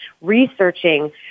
researching